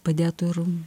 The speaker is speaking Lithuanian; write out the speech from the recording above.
padėtų ir